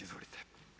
Izvolite.